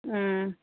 ꯎꯝ